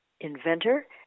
inventor